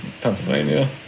Pennsylvania